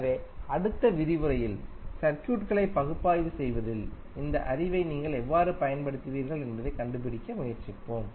எனவே அடுத்த விரிவுரையில் சர்க்யூட் களை பகுப்பாய்வு செய்வதில் இந்த அறிவை நீங்கள் எவ்வாறு பயன்படுத்துவீர்கள் என்பதைக் கண்டுபிடிக்க முயற்சிப்போம்